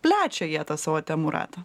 plečia jie tą savo temų ratą